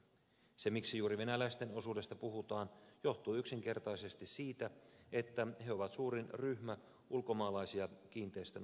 se miksi juuri venäläisten osuudesta puhutaan johtuu yksinkertaisesti siitä että he ovat suurin ryhmä ulkomaalaisia kiinteistön ostajia